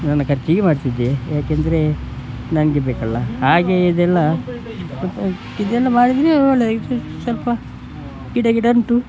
ನನ್ನ ಖರ್ಚಿಗೆ ಮಾಡ್ತಿದ್ದೆ ಯಾಕೆಂದರೆ ನನಗೆ ಬೇಕಲ್ಲ ಹಾಗೆ ಇದೆಲ್ಲ ಸ್ವಲ್ಪ ಇದೆಲ್ಲ ಮಾಡಿದರೆ ಒಳ್ಳೆ ಸ್ವಲ್ಪ ಗಿಡ ಗಿಡ ಉಂಟು